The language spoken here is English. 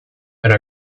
and